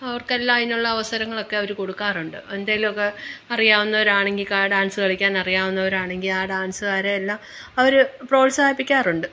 അവർക്കെല്ലാം അതിനുള്ള അവസരങ്ങളൊക്കെ അവർ കൊടുക്കാറുണ്ട് എന്തേലുവൊക്കെ അറിയാവുന്നവരാണെങ്കിൽ ഡാൻസ് കളിക്കാൻ അറിയാവുന്നവരാണെങ്കിൽ ആ ഡാൻസ്കാരെയെല്ലാം അവർ പ്രോത്സാഹിപ്പിക്കാറുണ്ട്